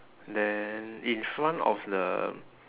then in front of the